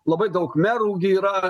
labai daug merų gi yra